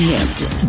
Hampton